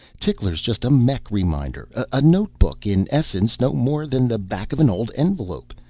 tickler's just a mech reminder, a notebook, in essence no more than the back of an old envelope.